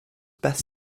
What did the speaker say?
best